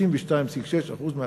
32.6% מהתל"ג.